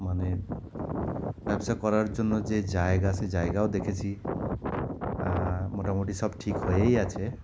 মানে ব্যবসা করার জন্য যে জায়গা সে জায়গাও দেখেছি মোটামুটি সব ঠিক হয়েই আছে